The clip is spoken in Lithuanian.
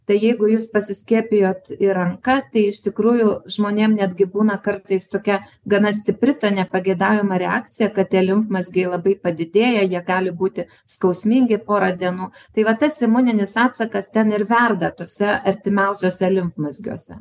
tai jeigu jūs pasiskiepijot į ranką tai iš tikrųjų žmonėm netgi būna kartais tokia gana stipri ta nepageidaujama reakcija kad tie limfmazgiai labai padidėja jie gali būti skausmingi porą dienų tai va tas imuninis atsakas ten ir verda tuose artimiausiuose limfmazgiuose